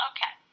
Okay